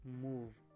move